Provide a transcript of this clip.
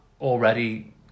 already